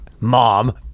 mom